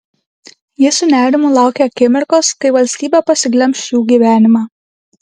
ji su nerimu laukė akimirkos kai valstybė pasiglemš jų gyvenimą